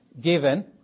given